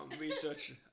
research